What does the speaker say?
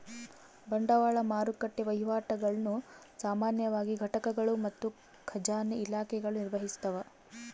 ಬಂಡವಾಳ ಮಾರುಕಟ್ಟೆ ವಹಿವಾಟುಗುಳ್ನ ಸಾಮಾನ್ಯವಾಗಿ ಘಟಕಗಳು ಮತ್ತು ಖಜಾನೆ ಇಲಾಖೆಗಳು ನಿರ್ವಹಿಸ್ತವ